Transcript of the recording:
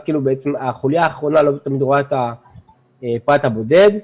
כאילו החוליה האחרונה לא תמיד רואה את הפרט הבודד.